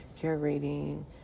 curating